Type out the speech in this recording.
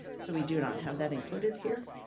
so we do not have that included here.